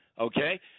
Okay